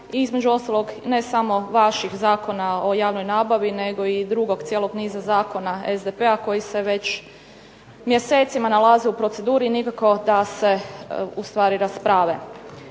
između ostalog ne samo vaših Zakona o javnoj nabavi nego i drugog cijelog niza zakona SDP-a koji se već mjesecima nalaze u proceduri i nikako da se ustvari rasprave.